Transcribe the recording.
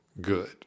good